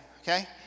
okay